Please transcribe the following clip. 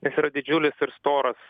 nes yra didžiulis ir storas